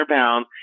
pounds